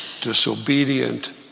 disobedient